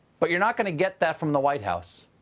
but you're not going to get that from the white house,